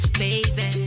baby